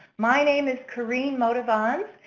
my name is karene motivans,